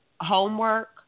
homework